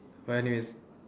right anyway